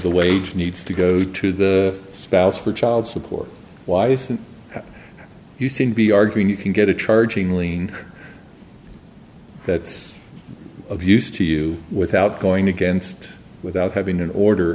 the wage needs to go to the spouse for child support wise and you seem to be arguing you can get a charging lien that's of use to you without going against without having an order